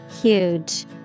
Huge